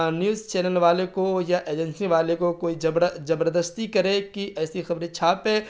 news channel والے کو یا ایجنسی والے کو کوئی زبردستی کرے کہ ایسی خبریں چھاپے